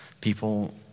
people